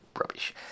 rubbish